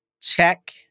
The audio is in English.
Check